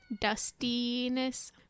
dustiness